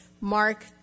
Mark